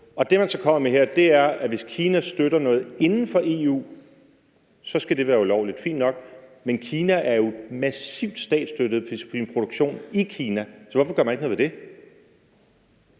Det, man så kommer med her, er, at hvis Kina støtter noget inden for EU, skal det være ulovligt. Fint nok, men Kina giver jo massiv statsstøtte til sin produktion i Kina. Så hvorfor gør man ikke noget ved det?